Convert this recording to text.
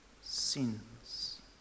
sins